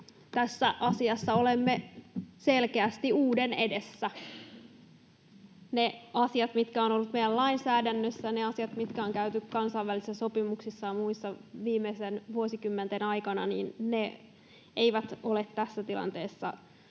tässä asiassa olemme selkeästi uuden edessä. Ne asiat, mitkä ovat olleet meidän lainsäädännössä, ne asiat, mitkä on käyty kansainvälisissä sopimuksissa ja muissa viimeisten vuosikymmenten aikana, eivät ole tässä tilanteessa